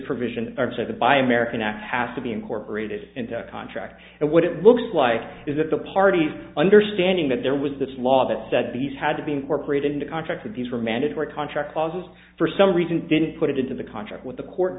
provision by american act has to be incorporated into a contract and what it looks like is if the parties understanding that there was this law that said these had to be incorporated into contracts that these were mandatory contract clauses for some reason didn't put it into the contract with the court